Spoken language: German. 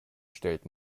stellt